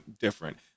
different